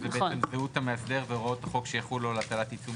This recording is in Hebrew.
שזה בעצם זהות המאסדר והוראות חוק שיחולו על הטלת עיצום